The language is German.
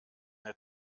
der